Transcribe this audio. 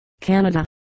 Canada